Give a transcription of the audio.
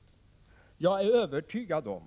1 Jag är övertygad om